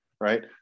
right